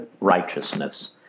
righteousness